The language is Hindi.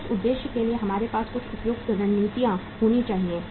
तो उस उद्देश्य के लिए हमारे पास कुछ उपयुक्त रणनीतियाँ होनी चाहिए